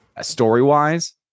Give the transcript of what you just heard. story-wise